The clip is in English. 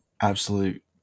absolute